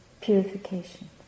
purification